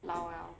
老 liao